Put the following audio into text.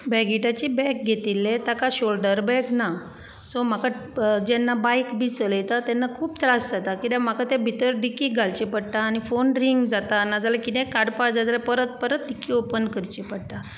बेगिटाचें bag घेतिल्ले ताका shoulder belt ना सो म्हाका जेन्ना बायक बी चलयता तेन्ना खूब त्रास जाता कित्याक म्हाका ते भितर डिक्कींत घालचें पडटा आनी फोन रिंग जाता ना जाल्यार कितेंय काडपा जाय जाल्यार परत परत डिक्की ओपन करची पडटा